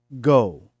Go